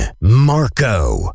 Marco